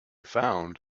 found